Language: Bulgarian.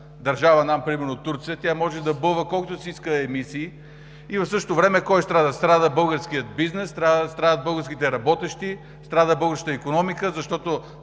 държава нам – Турция, тя може да бълва колкото си иска емисии и в същото време кой страда? Страда българският бизнес, страдат българските работещи, българската икономика, защото